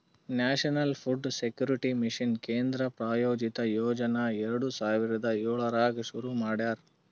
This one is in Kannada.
ನ್ಯಾಷನಲ್ ಫುಡ್ ಸೆಕ್ಯೂರಿಟಿ ಮಿಷನ್ ಕೇಂದ್ರ ಪ್ರಾಯೋಜಿತ ಯೋಜನಾ ಎರಡು ಸಾವಿರದ ಏಳರಾಗ್ ಶುರು ಮಾಡ್ಯಾರ